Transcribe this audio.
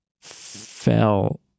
fell